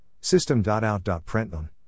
System.out.println